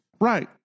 Right